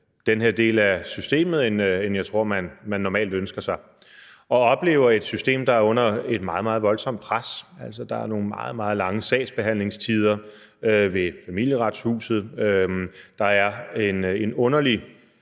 den her del af systemet, end jeg tror man normalt ønsker sig, og oplevet et system, der er under et meget, meget voldsomt pres. Der er nogle meget, meget lange sagsbehandlingstider ved Familieretshuset, og der er en underlig